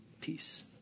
peace